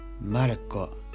Marco